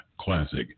classic